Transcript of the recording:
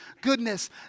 goodness